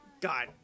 God